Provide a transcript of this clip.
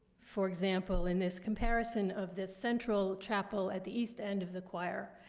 for example, in this comparison of this central chapel at the east end of the choir,